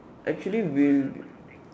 actually will